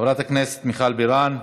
חברת הכנסת מיכל בירן,